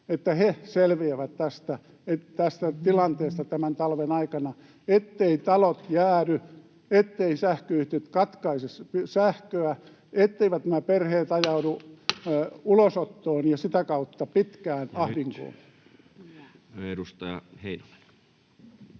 selviävät tästä tilanteesta tämän talven aikana, etteivät talot jäädy, etteivät sähköyhtiöt katkaise sähköä ja etteivät nämä perheet ajaudu ulosottoon ja sitä kautta pitkään ahdinkoon. [Speech